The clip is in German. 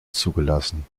zugelassen